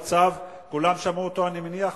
כולם שמעו אותו, אני מניח.